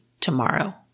tomorrow